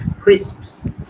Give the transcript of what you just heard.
crisps